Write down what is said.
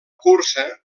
cursa